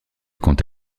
compte